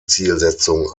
zielsetzung